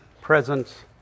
presence